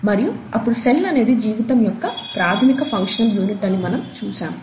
మరియు అప్పుడు సెల్ అనేది జీవితం యొక్క ప్రాథమిక ఫంక్షనల్ యూనిట్ అని మనము చూశాము